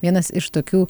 vienas iš tokių